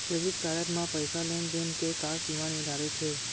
Credit card म पइसा लेन देन के का सीमा निर्धारित हे?